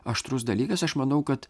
aštrus dalykas aš manau kad